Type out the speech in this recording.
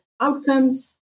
outcomes